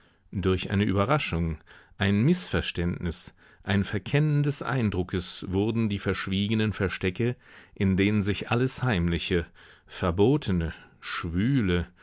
durch eine überraschung ein mißverständnis ein verkennen des eindruckes wurden die verschwiegenen verstecke in denen sich alles heimliche verbotene schwüle